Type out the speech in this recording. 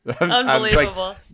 Unbelievable